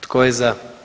Tko je za?